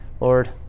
Lord